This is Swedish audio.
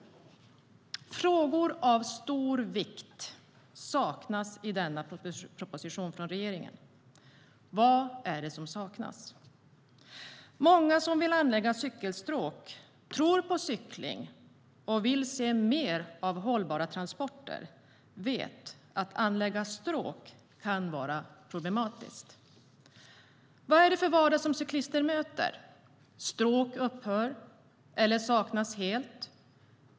Frågor av stor vikt saknas i denna proposition från regeringen. Vad är det som saknas? Många som vill anlägga cykelstråk, tror på cykling och vill se mer av hållbara transporter vet att det kan vara problematiskt att anlägga stråk. Vad är det för vardag som cyklister möter? Jo, stråk upphör eller saknas helt.